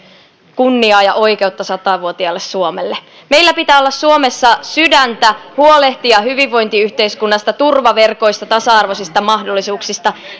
kunniaa ja oikeutta sata vuotiaalle suomelle meillä pitää olla suomessa sydäntä huolehtia hyvinvointiyhteiskunnasta turvaverkoista tasa arvoisista mahdollisuuksista